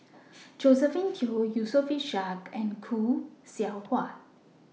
Josephine Teo Yusof Ishak and Khoo Seow Hwa